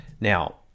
now